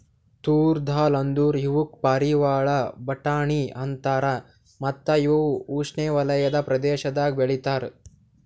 ತೂರ್ ದಾಲ್ ಅಂದುರ್ ಇವುಕ್ ಪಾರಿವಾಳ ಬಟಾಣಿ ಅಂತಾರ ಮತ್ತ ಇವು ಉಷ್ಣೆವಲಯದ ಪ್ರದೇಶದಾಗ್ ಬೆ ಳಿತಾರ್